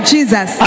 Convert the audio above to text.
Jesus